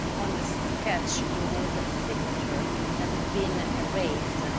on the sketch, there was a signature that has been erased.